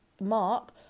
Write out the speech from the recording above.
mark